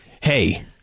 hey